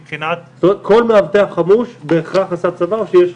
כל מאבטח חמוש בהכרח עשה צבא או שיש חריגים?